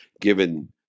given